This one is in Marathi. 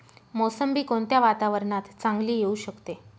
मोसंबी कोणत्या वातावरणात चांगली येऊ शकते?